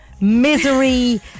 misery